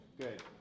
Good